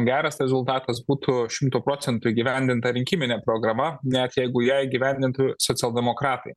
geras rezultatas būtų šimtu procentų įgyvendinta rinkiminė programa net jeigu ją įgyvendintų socialdemokratai